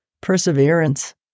Perseverance